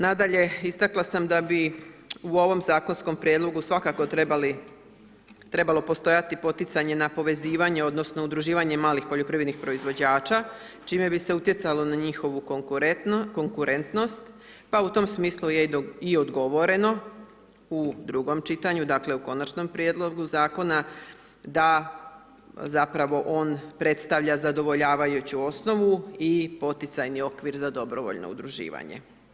Nadalje, istakla sam da bi u ovom zakonskom prijedlogu svakako trebalo postojati poticanje na povezivanje odnosno udruživanje malih poljoprivrednih proizvođača, čime bi se utjecalo na njihovu konkurentnost, pa u tome smislu je i odgovoreno u drugom čitanju, dakle, u Konačnom prijedlogu Zakona da zapravo on predstavlja zadovoljavajuću osnovu i poticajni okvir za dobrovoljno udruživanje.